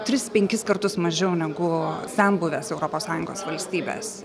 tris penkis kartus mažiau negu senbuvės europos sąjungos valstybės